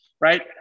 right